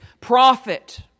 prophet